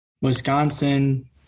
Wisconsin